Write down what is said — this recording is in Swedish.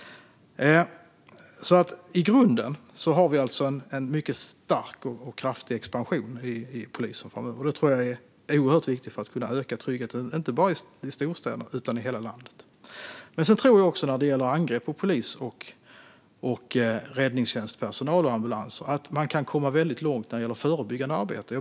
I grunden har vi alltså en mycket stark och kraftig expansion i polisen framöver. Jag tror att det är oerhört viktigt för att kunna öka tryggheten, inte bara i storstäderna utan i hela landet. När det gäller angrepp på polis, räddningstjänst och ambulanspersonal tror jag att man kan komma väldigt långt med förebyggande arbete.